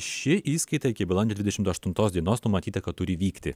ši įskaita iki balandžio dvidešimt aštuntos dienos numatyta kad turi vykti